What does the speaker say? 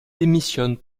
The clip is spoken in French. démissionne